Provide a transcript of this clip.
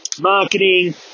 marketing